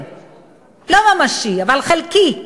לא שלם, לא ממשי, אבל חלקי,